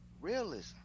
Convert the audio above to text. realism